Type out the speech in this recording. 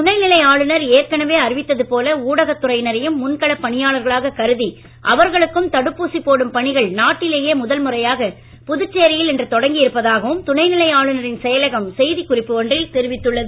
துணைநிலை ஆளுநர் ஏற்கனவே அறிவித்தது போல ஊடகத் துறையினரையும் முன்களப் பணியாளர்களாகக் கருதி அவர்களுக்கும் தடுப்பூசி போடும் பணிகள் நாட்டிலேயே முதல்முறையாக புதுச்சேரியில் இன்று தொடங்கியிருப்பதாகவும் துணைநிலை ஆளுநரின் செயலகம் செய்திக் குறிப்பு ஒன்றில் தெரிவித்துள்ளது